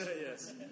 yes